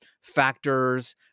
factors